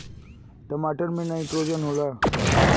टमाटर मे नाइट्रोजन होला?